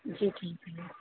जी ठीक है